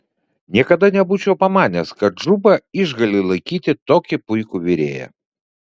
niekada nebūčiau pamanęs kad džuba išgali laikyti tokį puikų virėją